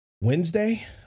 Wednesday